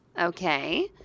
okay